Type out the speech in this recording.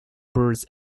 birds